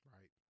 Right